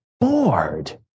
bored